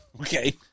Okay